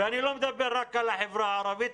ואני לא מדבר רק על החברה הערבית,